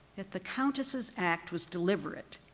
if the countess's act was deliberate,